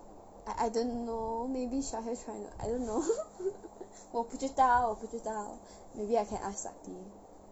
I I don't know maybe shahil trying to I don't know 我不知道我不知道 maybe I can ask sakthi